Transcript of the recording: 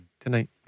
tonight